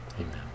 Amen